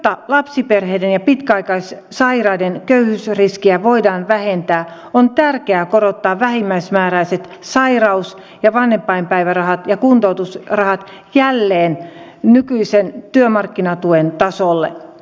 jotta lapsiperheiden ja pitkäaikaissairaiden köyhyysriskiä voidaan vähentää on tärkeää korottaa vähimmäismääräiset sairaus ja vanhempainpäivärahat ja kuntoutusrahat jälleen nykyisen työmarkkinatuen tasolle